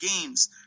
games